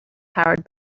powered